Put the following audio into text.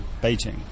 Beijing